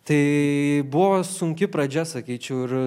tai buvo sunki pradžia sakyčiau ir